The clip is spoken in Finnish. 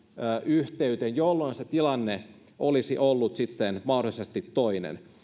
yhteyteen jolloin se tilanne olisi sitten mahdollisesti ollut toinen